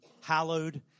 hallowed